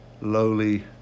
lowly